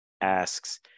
asks